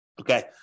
Okay